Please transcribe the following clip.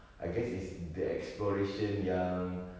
I guess it's the exploration yang